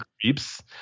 creeps